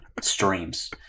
streams